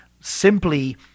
simply